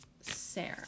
Sarah